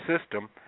system